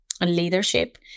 leadership